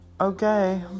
okay